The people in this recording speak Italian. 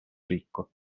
ricco